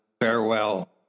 farewell